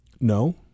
No